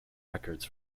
records